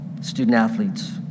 student-athletes